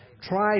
Try